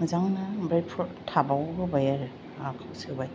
मोजांनो ओमफ्राय टाबआव होबाय आरो माबाखौ सोबाय